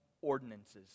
ordinances